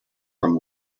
from